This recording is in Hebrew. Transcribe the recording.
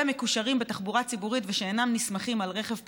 ומקושרים בתחבורה ציבורית ושאינם נסמכים על רכב פרטי,